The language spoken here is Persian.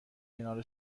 کنار